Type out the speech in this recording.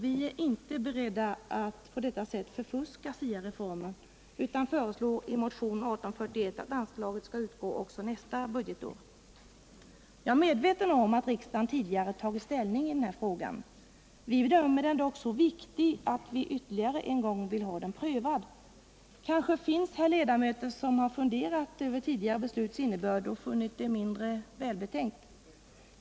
Vi är inte beredda att på detta sätt förfuska SIA reformen utan föreslår i motionen 1841 att anslaget skall utgå också nästa budgetår. Jag är medveten om att riksdagen tidigare har tagit ställning i den här frågan. Vi bedömer den dock som så viktig att vi ytterligare en gång vill ha den prövad. Kanske finns här ledamöter som har funderat över tidigare besluts innebörd och funnit det mindre välbetänkt.